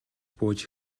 бууж